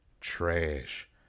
trash